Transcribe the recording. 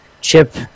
Chip